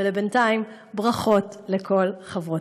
ובינתיים, ברכות לכל חברותי.